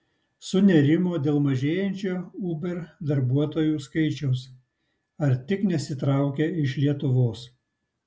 sunerimo dėl mažėjančio uber darbuotojų skaičiaus ar tik nesitraukia iš lietuvos